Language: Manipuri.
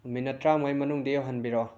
ꯃꯤꯅꯠ ꯇꯔꯥꯃꯉꯥꯒꯤ ꯃꯅꯨꯡꯗ ꯌꯧꯍꯟꯕꯤꯔꯛꯑꯣ